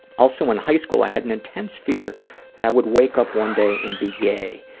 also, in high school, i had an intense fear that i would wake up one day and be gay.